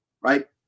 Right